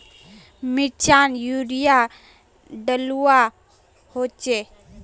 मिर्चान यूरिया डलुआ होचे?